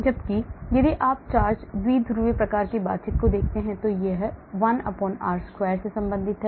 जबकि यदि आप चार्ज द्विध्रुवीय प्रकार की बातचीत को देखते हैं तो यह 1 r2 से संबंधित है